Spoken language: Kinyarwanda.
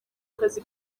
kazi